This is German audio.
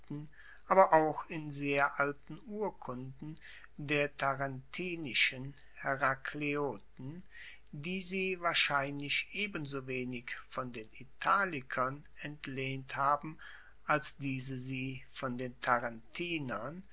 aber auch in sehr alten urkunden der tarentinischen herakleoten die sie wahrscheinlich ebensowenig von den italikern entlehnt haben als diese sie von den